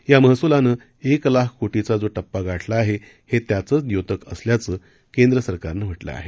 या महसूलानं एक लाख कोटीचा जो टप्पा गाठला आहे हे त्याचचं द्योतक असल्याचं केंद्र सरकारनं म्हटलं आहे